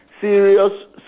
serious